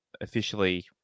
officially